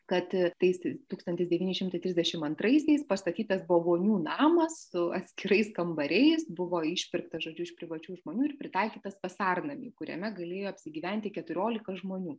kad tais tūkstantis devyni šimtai trisdešim antraisiais pastatytas buvo vonių namas su atskirais kambariais buvo išpirktas žodžiu iš privačių žmonių ir pritaikytas vasarnamiui kuriame galėjo apsigyventi keturiolika žmonių